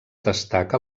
destaca